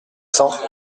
cents